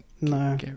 No